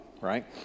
Right